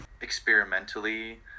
experimentally